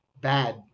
bad